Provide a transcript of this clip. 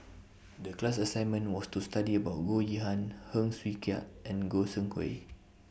The class assignment was to study about Goh Yihan Heng Swee Keat and Goi Seng Gui